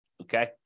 okay